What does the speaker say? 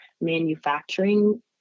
manufacturing